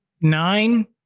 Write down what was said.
nine